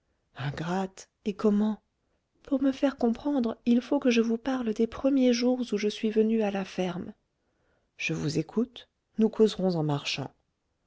ingrate ingrate et comment pour me faire comprendre il faut que je vous parle des premiers jours où je suis venue à la ferme je vous écoute nous causerons en marchant